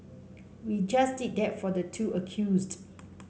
we just did that for the two accused